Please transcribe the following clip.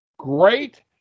Great